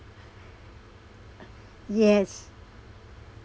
yes